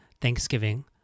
Thanksgiving